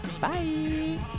bye